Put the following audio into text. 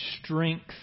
strength